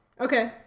Okay